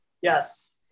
Yes